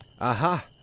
Aha